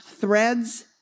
Threads